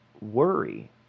worry